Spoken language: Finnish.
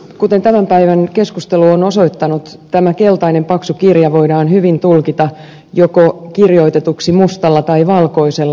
kuten tämän päivän keskustelu on osoittanut tämä keltainen paksu kirja voidaan hyvin tulkita kirjoitetuksi joko mustalla tai valkoisella